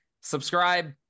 subscribe